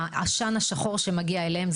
שהוא בצעם עשן שחור שמגיע אליהם.